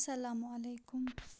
اسلام علیکُم